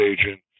agent